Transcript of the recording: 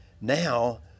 now